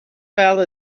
fell